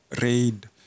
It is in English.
raid